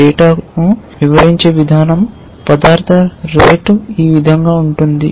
డేటాను వివరించే విధంగా పదార్థ రేటు ఈ విధంగా ఉంటుంది